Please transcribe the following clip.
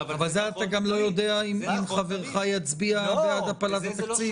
אבל אתה גם לא יודע אם חברך יצביע בעד הפלת התקציב.